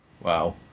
Wow